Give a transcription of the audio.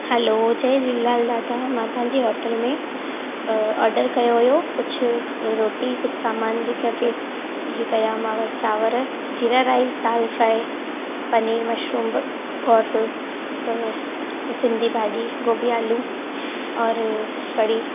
हलो जय झूलेलाल दादा मां तव्हांजे होटल में ऑडर कयो हुयो कुझु रोटी कुझु सामानु जेके इहो कयामांव चावरु जीरा राइज़ दाल फ्राइ पनीर मशरूब और सिंधी भाॼी गोभी आलू और कढ़ी